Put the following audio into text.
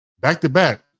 Back-to-back